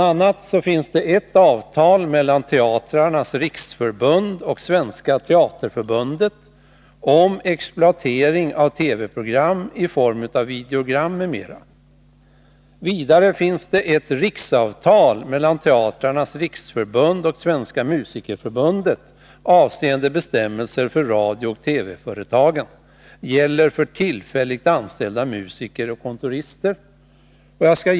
a. finns det ett avtal mellan Teatrarnas riksförbund och Svenska teaterförbundet om exploatering av TV-program i form av videogram m.m. Vidare finns det ett riksavtal mellan Teatrarnas riksförbund och Svenska musikerförbundet avseende bestämmelser för radiooch TV-företagen. Det gäller för tillfälligt anställda musiker och kontorister.